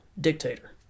dictator